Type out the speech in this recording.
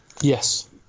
Yes